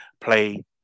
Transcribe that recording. play